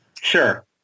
Sure